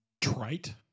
trite